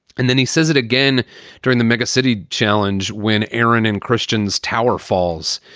and then he says it again during the megacity challenge when aaron and christian's tower falls.